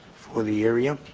for the area